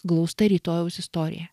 glausta rytojaus istorija